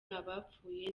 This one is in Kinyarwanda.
abapfuye